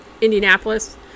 Indianapolis